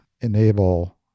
enable